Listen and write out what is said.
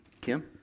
Kim